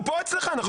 הוא פה אצלך, נכון?